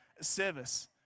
service